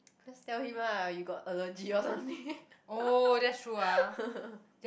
just tell him lah you got allergy or something